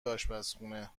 اشپزخونه